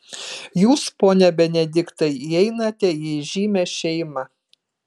jūs pone benediktai įeinate į įžymią šeimą